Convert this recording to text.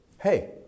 Hey